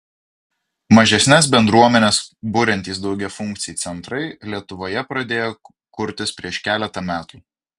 mažesnes bendruomenes buriantys daugiafunkciai centrai lietuvoje pradėjo kurtis prieš keletą metų